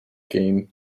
game